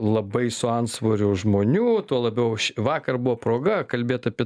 labai su antsvoriu žmonių tuo labiau vakar buvo proga kalbėt apie